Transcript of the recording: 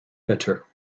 bitter